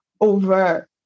over